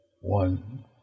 one